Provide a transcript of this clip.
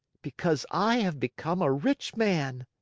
because i have become a rich man.